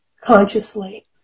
consciously